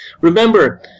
Remember